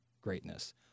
greatness